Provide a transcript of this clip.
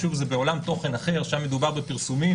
שוב, זה בעולם תוכן אחר, שם מדובר בפרסומים